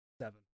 Seven